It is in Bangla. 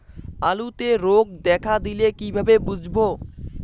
আলুতে রোগ দেখা দিলে কিভাবে বুঝবো?